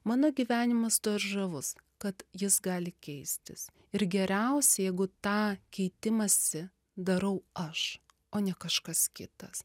mano gyvenimas tuo ir žavus kad jis gali keistis ir geriausia jeigu tą keitimąsi darau aš o ne kažkas kitas